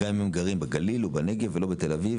גם אם הם גרים בגליל או בנגב ולא בתל אביב,